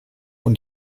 und